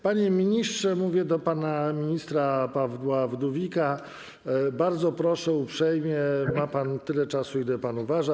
Panie ministrze - mówię do pana ministra Pawła Wdówika - bardzo proszę uprzejmie, ma pan tyle czasu, ile pan uważa.